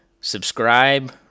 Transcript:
subscribe